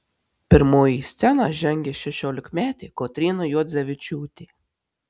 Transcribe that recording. pirmoji į sceną žengė šešiolikmetė kotryna juodzevičiūtė